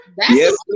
Yes